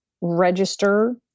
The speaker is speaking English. register